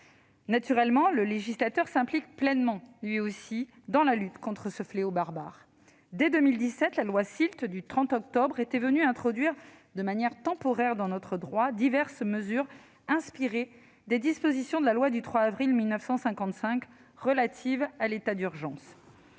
Naturellement, le législateur s'implique pleinement, lui aussi, dans la lutte contre ce fléau barbare. Dès 2017, la loi SILT était venue introduire de manière temporaire dans notre droit diverses mesures inspirées des dispositions de la loi du 3 avril 1955 relative à l'état d'urgence.